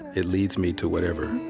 it leads me to whatever,